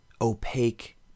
opaque